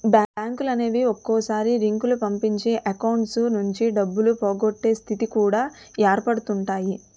బ్యాంకులనేవి ఒక్కొక్కసారి లింకులు పంపించి అకౌంట్స్ నుంచి డబ్బులు పోగొట్టే స్థితి కూడా ఏర్పడుతుంటాయి